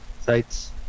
Sites